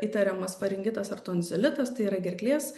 įtariamas faringitas ar tonzilitas tai yra gerklės